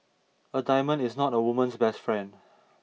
a diamond is not a woman's best friend